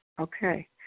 okay